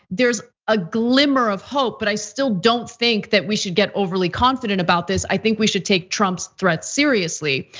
there's a glimmer of hope. but i still don't think that we should get overly confident about this, i think we should take trump's threat seriously.